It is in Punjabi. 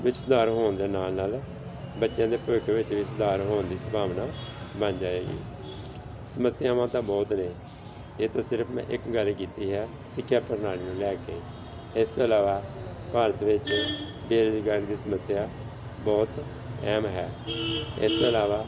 ਵਿੱਚ ਸੁਧਾਰ ਹੋਣ ਦੇ ਨਾਲ ਨਾਲ ਬੱਚਿਆਂ ਦੇ ਭਵਿੱਖ ਵਿੱਚ ਵੀ ਸੁਧਾਰ ਹੋਣ ਦੀ ਸੰਭਾਵਨਾ ਬਣ ਜਾਵੇਗੀ ਸਮੱਸਿਆਵਾਂ ਤਾਂ ਬਹੁਤ ਨੇ ਇਹ ਤਾਂ ਸਿਰਫ ਮੈਂ ਇੱਕ ਗੱਲ ਕੀਤੀ ਹੈ ਸਿੱਖਿਆ ਪ੍ਰਣਾਲੀ ਨੂੰ ਲੈ ਕੇ ਇਸ ਤੋਂ ਇਲਾਵਾ ਭਾਰਤ ਵਿੱਚ ਬੇਰੁਜ਼ਗਾਰੀ ਦੀ ਸਮੱਸਿਆ ਬਹੁਤ ਅਹਿਮ ਹੈ ਇਸ ਤੋਂ ਇਲਾਵਾ